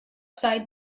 side